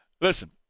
listen